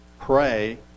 pray